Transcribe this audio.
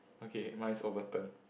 okay mine is overturned